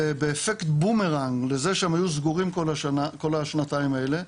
באפקט בומרנג לזה שהם היו סגורים כל השנתיים האלה,